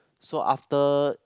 so after